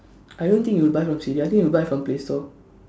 I don't think you will buy from C_D I think you will buy from play store